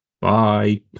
Bye